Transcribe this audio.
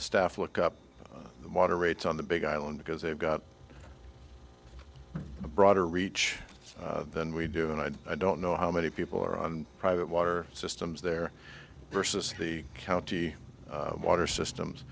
staff look up the moderates on the big island because they've got a broader reach than we do and i don't know how many people are on private water systems there versus the county water systems